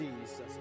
Jesus